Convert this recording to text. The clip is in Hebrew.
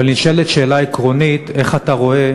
אבל נשאלת שאלה עקרונית: איך אתה רואה